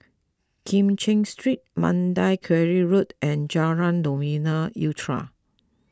Kim Cheng Street Mandai Quarry Road and Jalan Novena Utara